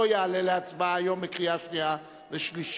לא תעלה היום להצבעה בקריאה שנייה ושלישית.